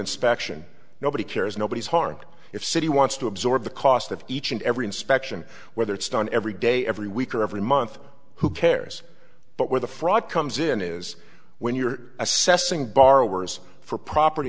inspection nobody cares nobody's harmed if city wants to absorb the cost of each and every inspection whether it's done every day every week or every month who cares but where the fraud comes in is when you're assessing borrowers for property